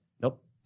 Nope